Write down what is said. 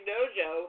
Dojo